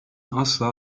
asla